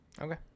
Okay